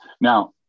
Now